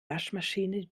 waschmaschine